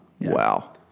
wow